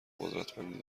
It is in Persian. قدرتمندی